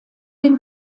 den